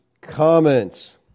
comments